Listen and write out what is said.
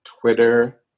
Twitter